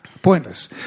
Pointless